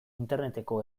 interneteko